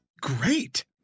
great